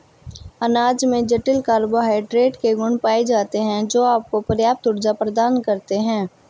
अनाज में जटिल कार्बोहाइड्रेट के गुण पाए जाते हैं, जो आपको पर्याप्त ऊर्जा प्रदान करते हैं